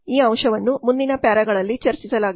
ಈ ಅಂಶವನ್ನು ಮುಂದಿನ ಪ್ಯಾರಾಗಳಲ್ಲಿ ಚರ್ಚಿಸಲಾಗಿದೆ